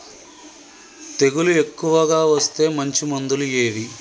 తెగులు ఎక్కువగా వస్తే మంచి మందులు ఏవి?